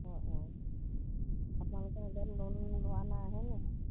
অঁ অঁ আপোনালোকে যে লোন লোৱা নাই হয় নহয়